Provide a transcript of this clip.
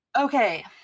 Okay